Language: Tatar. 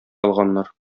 алганнар